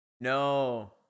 No